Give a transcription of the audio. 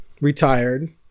retired